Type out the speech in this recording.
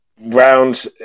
round